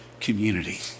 community